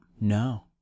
No